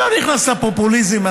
אני לא נכנס לפופוליזם,